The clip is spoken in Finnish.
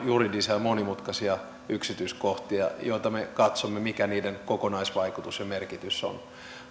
juridisia ja monimutkaisia yksityiskohtia joita me katsomme mikä niiden kokonaisvaikutus ja merkitys on